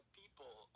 people